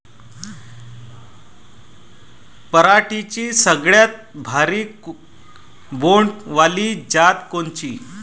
पराटीची सगळ्यात भारी बोंड वाली जात कोनची?